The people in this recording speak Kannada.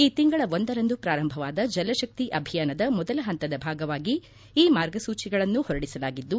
ಈ ತಿಂಗಳ ಒಂದರಂದು ಪೂರಂಭವಾದ ಜಲಶಕ್ತಿ ಅಭಿಯಾನದ ಮೊದಲ ಹಂತದ ಭಾಗವಾಗಿ ಈ ಮಾರ್ಗಸೂಚಿಗಳನ್ನು ಹೊರಡಿಸಲಾಗಿದ್ದು